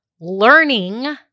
learning